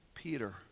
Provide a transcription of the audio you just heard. Peter